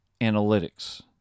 analytics